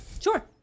Sure